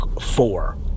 four